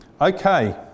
okay